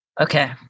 Okay